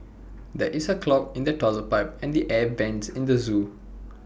there is A clog in the Toilet Pipe and the air Vents at the Zoo